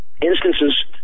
instances